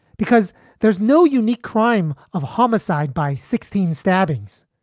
because there's no unique crime of homicide by sixteen stabbings.